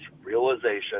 realization